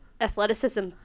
athleticism